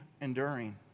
enduring